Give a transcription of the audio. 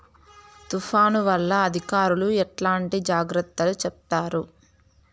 తుఫాను వల్ల అధికారులు ఎట్లాంటి జాగ్రత్తలు చెప్తారు?